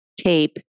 tape